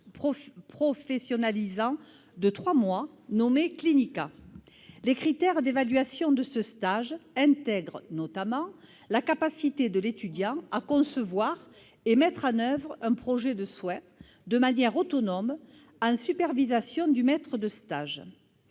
professionnalisant de trois mois, le clinicat. Les critères d'évaluation de ce stage intègrent, notamment, la capacité de l'étudiant à concevoir et à mettre en oeuvre un projet de soin de manière autonome, sous supervision du maître de stage.